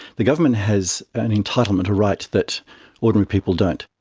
the government has an entitlement, a right, that ordinary people don't.